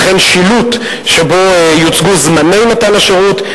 וכן שילוט שבו יוצגו זמני מתן השירות,